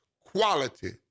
quality